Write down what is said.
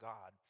God